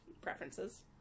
preferences